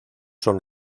son